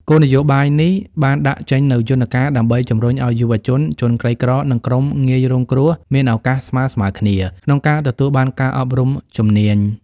គោលនយោបាយនេះបានដាក់ចេញនូវយន្តការដើម្បីជំរុញឱ្យយុវជន ជនក្រីក្រ និងក្រុមងាយរងគ្រោះមានឱកាសស្មើៗគ្នា ក្នុងការទទួលបានការអប់រំជំនាញ។